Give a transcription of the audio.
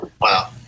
Wow